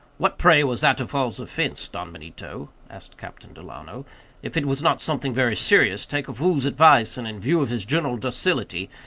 what, pray, was atufal's offense, don benito? asked captain delano if it was not something very serious, take a fool's advice, and, in view of his general docility,